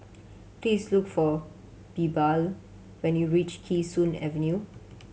please look for Bilal when you reach Kee Sun Avenue